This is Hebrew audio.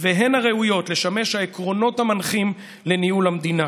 והן הראויות לשמש העקרונות המנחים לניהול המדינה.